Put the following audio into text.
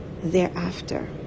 thereafter